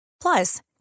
Plus